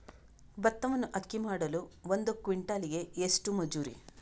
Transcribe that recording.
ಭತ್ತವನ್ನು ಅಕ್ಕಿ ಮಾಡಲು ಒಂದು ಕ್ವಿಂಟಾಲಿಗೆ ಎಷ್ಟು ಮಜೂರಿ?